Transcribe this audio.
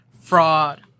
fraud